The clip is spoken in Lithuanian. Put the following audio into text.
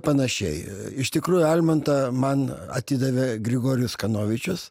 panašiai iš tikrųjų almantą man atidavė grigorijus kanovičius